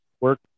work